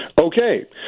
Okay